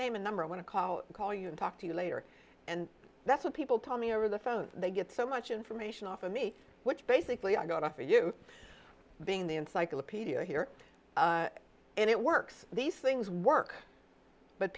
name and number i want to call call you and talk to you later and that's what people tell me over the phone they get so much information off of me which basically i go to for you being the encyclopedia here and it works these things work but